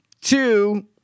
Two